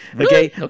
Okay